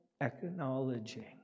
acknowledging